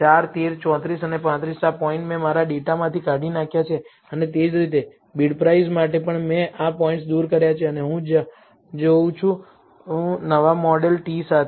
4 13 34 અને 35 આ પોઇન્ટ્સ મેં મારા ડેટામાંથી કાઢી નાખ્યા છે અને તે જ રીતે બિડપ્રાઇસ માટે પણ મેં આ પોઇન્ટ્સ દૂર કર્યા છે અને હું જાઉં છું નવા મોડેલ t સાથે